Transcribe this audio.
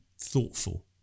thoughtful